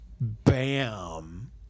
bam